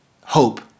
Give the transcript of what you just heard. hope